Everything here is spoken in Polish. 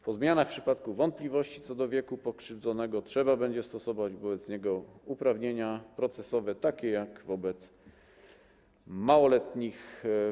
Po zmianach w przypadku wątpliwości co do wieku pokrzywdzonego trzeba będzie stosować wobec niego uprawnienia procesowe takie jak wobec małoletnich.